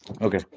Okay